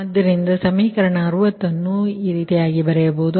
ಆದ್ದರಿಂದ ಸಮೀಕರಣ 60 ಅನ್ನು ಬರೆಯಬಹುದು